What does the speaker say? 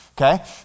Okay